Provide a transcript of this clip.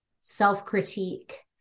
self-critique